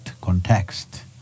context